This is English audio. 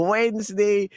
Wednesday